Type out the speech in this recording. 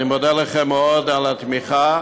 אני מודה לכם מאוד על התמיכה.